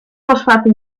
fosfato